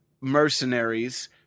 mercenaries